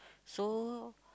so